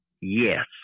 Yes